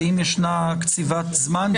האם ישנה קצבת זמן?